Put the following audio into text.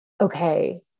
okay